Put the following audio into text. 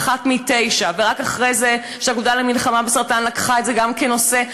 "אחת מתשע" רק אחרי שהאגודה למלחמה בסרטן לקחה את זה כנושא,